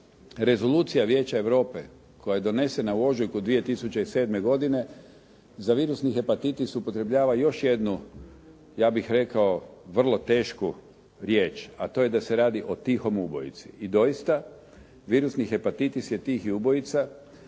Rezolucija Vijeća Europe koja je donesena u ožujku 2007. godine za virusni hepatitis upotrebljava još jednu, ja bih rekao, vrlo tešku riječ, a to je da se radi o tihom ubojici. I doista, virusni hepatitis je tihi ubojica